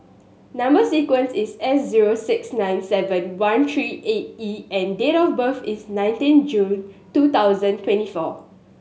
number sequence is S zero six nine seven one three eight E and date of birth is nineteen June two thousand twenty four